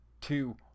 two